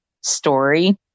story